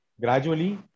gradually